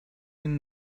این